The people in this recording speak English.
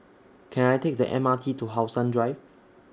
Can I Take The M R T to How Sun Drive